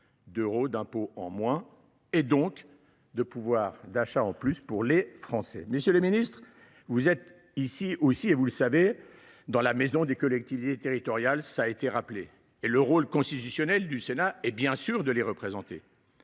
d’euros d’impôts en moins et, donc, de pouvoir d’achat en plus pour les Français. Messieurs les ministres, vous êtes ici dans la maison des collectivités territoriales. Le rôle constitutionnel du Sénat est bien sûr de les représenter.